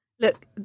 Look